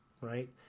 right